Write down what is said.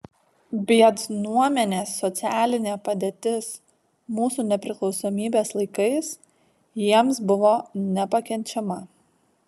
biednuomenės socialinė padėtis mūsų nepriklausomybės laikais jiems buvo nepakenčiama